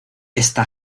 esta